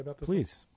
Please